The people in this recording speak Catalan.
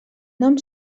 nom